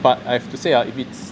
but I have to say ah if it's